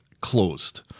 closed